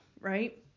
right